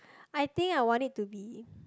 I think I want it to be